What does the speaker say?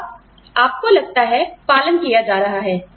तथा आपको लगता है पालन किया जा रहा है